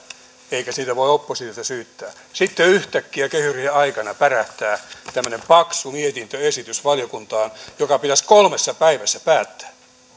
eikä siitä voi oppositiota syyttää sitten yhtäkkiä kehysriihen aikana pärähtää tämmöinen paksu mietintöesitys valiokuntaan joka pitäisi kolmessa päivässä päättää